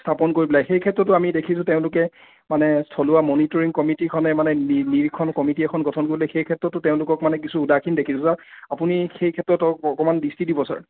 স্থাপন কৰি পেলায় সেইক্ষেত্ৰতো আমি দেখিছোঁ তেওঁলোকে মানে থলুৱা মনিটৰিং কমিটিখনে মানে নিৰীক্ষণ কমিটি এখন গঠন কৰিবলে সেই ক্ষেত্ৰতো তেওঁলোকক মানে কিছু উদাসীন দেখিছোঁ ছাৰ আপুনি সেই ক্ষেত্ৰত হওক অকমান দৃষ্টি দিব ছাৰ